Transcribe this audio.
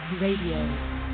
Radio